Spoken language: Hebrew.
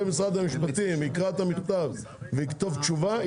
במשרד המשפטים יקרא את המכתב ויכתוב תשובה,